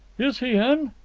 is he in?